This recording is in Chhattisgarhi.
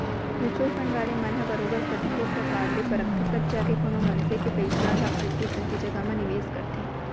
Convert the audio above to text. म्युचुअल फंड वाले मन ह बरोबर कतको परकार ले परखथें तब जाके कोनो मनसे के पइसा ल अलगे अलगे जघा म निवेस करथे